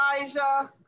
Elijah